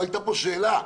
לא הייתה פה שאלה.